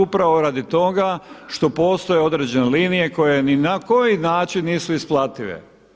Upravo radi toga što postoje određene linije koje ni na koji način nisu isplative.